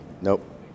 nope